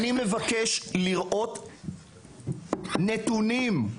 אני מבקש לראות נתונים ,